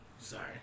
Sorry